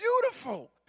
beautiful